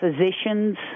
physicians